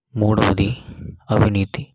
మూడవది అవినీతి